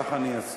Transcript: כך אני אעשה.